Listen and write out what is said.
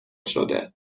شده